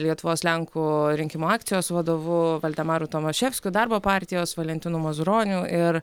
lietuvos lenkų rinkimų akcijos vadovu valdemaru tomaševskiu darbo partijos valentinu mazuroniu ir